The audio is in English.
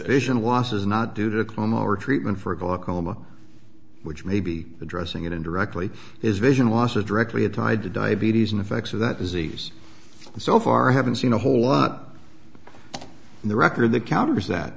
asian wash is not due to come over treatment for glaucoma which may be addressing it indirectly is vision loss are directly tied to diabetes and effects of that disease and so far i haven't seen a whole lot in the record that counters that